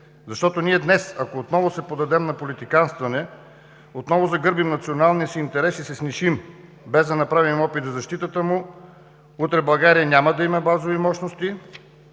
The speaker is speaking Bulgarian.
Защото днес, ако отново се поддадем на политиканстване, отново загърбим националния си интерес и се снишим, без да направим опит за защитата му, утре България няма да има базови мощности;